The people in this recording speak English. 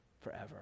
forever